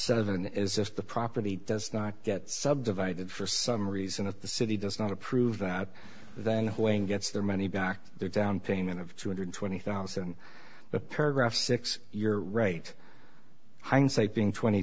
seven is just the property does not get subdivided for some reason that the city does not approve that then when gets their money back they're down payment of two hundred twenty thousand paragraph six you're right hindsight being twenty